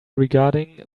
regarding